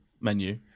menu